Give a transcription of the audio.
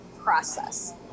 process